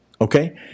Okay